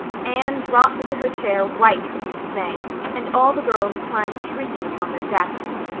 anne dropped into her chair white with dismay and all the girls climbed shrieking upon their desks.